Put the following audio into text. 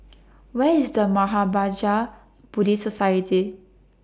Where IS The Mahapraja Buddhist Society